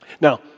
Now